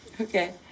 Okay